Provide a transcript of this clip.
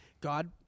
God